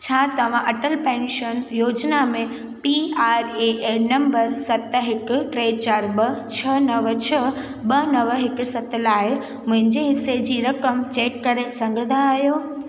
छा तव्हां अटल पेंशन योजना में P R A N number सत हिकु टे चार ॿ छ्ह नव छ्ह ॿ नव हिकु सत लाइ मुंहिंजे हिसे जी रक़म चेक करे सघंदा आहियो